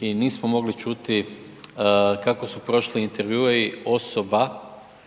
i nismo mogli čuti kako su prošli intervjui osoba